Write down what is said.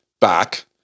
back